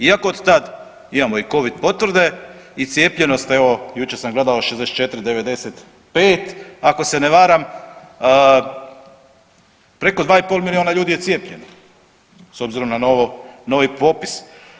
Iako od tad imamo i covid potvrde i cijepljenost, evo jučer sam gledao 64,95 ako se ne varam, preko 2,5 milijuna ljudi je cijepljenih s obzirom na novo, novi popis.